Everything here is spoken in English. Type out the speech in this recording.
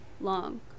long